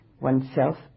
oneself